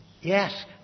Yes